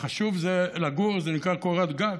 החשוב זה לגור, זה נקרא קורת גג.